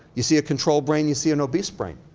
you see a control brain, you see an obese brain,